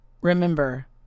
Remember